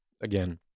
again